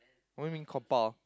what you mean compile